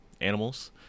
animals